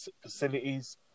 facilities